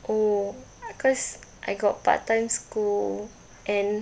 oh cause I got part time school and